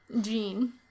gene